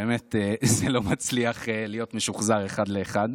באמת זה לא מצליח להיות משוחזר אחד לאחד.